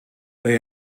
they